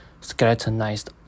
skeletonized